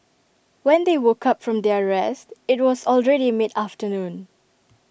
when they woke up from their rest IT was already mid afternoon